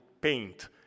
paint